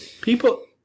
People